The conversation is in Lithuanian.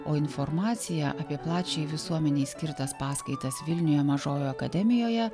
o informaciją apie plačiai visuomenei skirtas paskaitas vilniuje mažojoje akademijoje